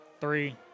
Three